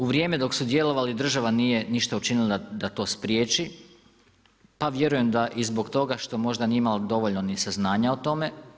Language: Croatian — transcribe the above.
U vrijeme dok su djelovali, država nije ništa učinila da to spriječi, pa vjerujem da i zbog toga, što možda nije imala dovoljna ni saznanja o tome.